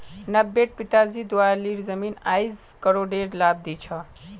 नब्बेट पिताजी द्वारा लील जमीन आईज करोडेर लाभ दी छ